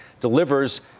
delivers